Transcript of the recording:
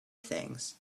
things